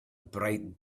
bright